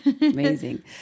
amazing